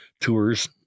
tours